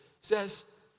says